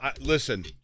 Listen